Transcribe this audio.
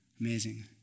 Amazing